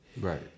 Right